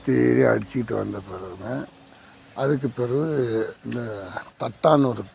சுத்தீரும் அடிச்சுக்கிட்டு வந்த பிறவு தான் அதுக்கு பிறவு இந்த தட்டான்னு ஒரு